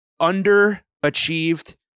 underachieved